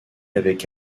avec